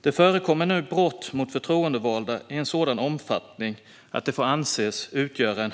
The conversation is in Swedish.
Det förekommer nu brott mot förtroendevalda i en sådan omfattning att de får anses utgöra